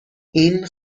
این